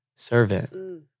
Servant